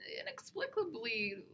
Inexplicably